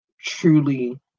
truly